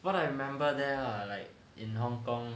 what I remember there lah like in hong kong